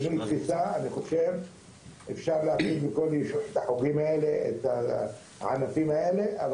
אני חושב שאפשר להכניס את החוגים האלה והענפים האלה לכל יישוב,